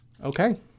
Okay